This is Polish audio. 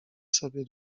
sobie